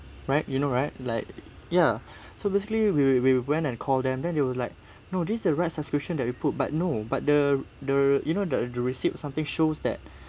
right you know right like ya so basically we we we we went and call them then they will like no these the rights subscription that we put but no but the the you know the receipt something shows that